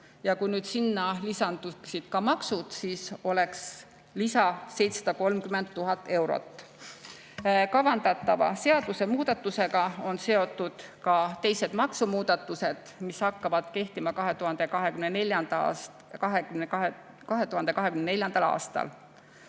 ja kui sinna lisanduksid maksud, siis oleks lisa 730 000 eurot. Kavandatava seadusemuudatusega on seotud ka teised maksumuudatused, mis hakkavad kehtima 2024. aastal.